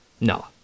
no